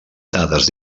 dades